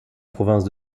province